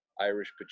Irish